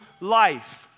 life